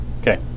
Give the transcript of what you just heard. Okay